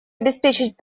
обеспечить